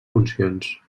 funcions